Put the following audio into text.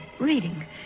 reading